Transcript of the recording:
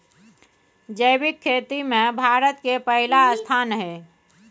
जैविक खेती में भारत के पहिला स्थान हय